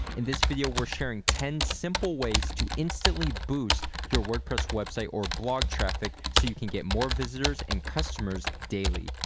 in this video, we're sharing ten simple ways to instantly boost your wordpress website or blog traffic so you can get more visitors and customers daily.